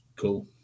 cool